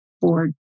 board